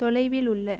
தொலைவில் உள்ள